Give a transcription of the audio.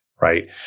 Right